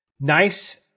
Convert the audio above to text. Nice